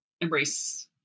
embrace